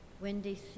Wendy